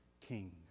king